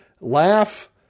laugh